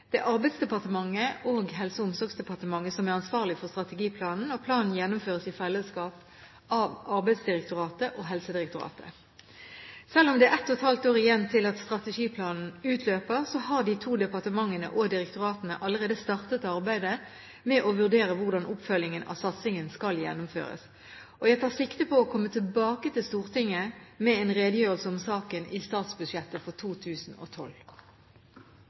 Det er Arbeidsdepartementet og Helse- og omsorgsdepartementet som er ansvarlige for strategiplanen, og planen gjennomføres i fellesskap av Arbeidsdirektoratet og Helsedirektoratet. Selv om det er ett og et halvt år igjen til strategiplanen utløper, har de to departementene og direktoratene startet arbeidet med å vurdere hvordan oppfølgingen av satsingen skal gjennomføres. Jeg tar sikte på å komme tilbake til Stortinget med en redegjørelse om saken i forbindelse med statsbudsjettet for 2012.